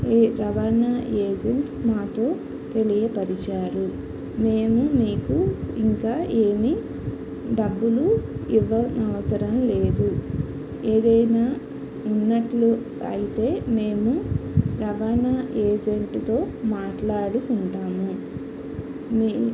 ఏ రవాణా ఏజెంట్ మాతో తెలియపరిచారు మేము మీకు ఇంకా ఏమి డబ్బులు ఇవ్వనవసరం లేదు ఏదైనా ఉన్నట్లు అయితే మేము రవాణా ఏజెంట్తో మాట్లాడుకుంటాము మీ